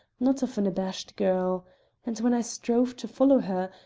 not of an abashed girl and when i strove to follow her,